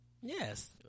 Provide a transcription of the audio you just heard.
Yes